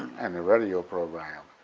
and the radio programs,